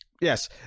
Yes